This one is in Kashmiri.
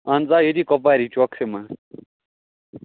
اَہَن حظ آ ییٚتہِ کۄپواری چوکسٕے منٛز